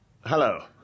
Hello